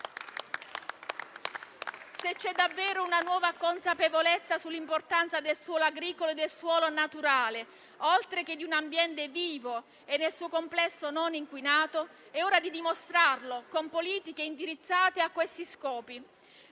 Se c'è davvero una nuova consapevolezza sull'importanza del suolo agricolo e del suolo naturale, oltre che di un ambiente vivo e nel suo complesso non inquinato, è ora di dimostrarlo con politiche indirizzate a questi scopi.